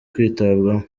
kwitabwaho